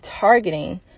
targeting